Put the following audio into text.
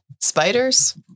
spiders